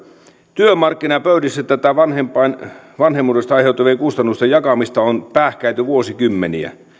työmarkkinapöydissä tätä vanhemmuudesta aiheutuvien kustannusten jakamista on pähkäilty vuosikymmeniä